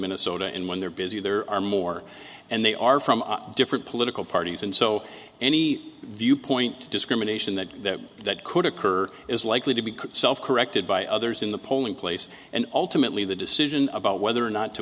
minnesota and when they're busy there are more and they are from different political parties and so any viewpoint discrimination that that could occur is likely to be corrected by others in the polling place and ultimately the decision about whether or not to